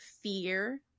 fear